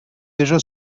déjà